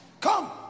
Come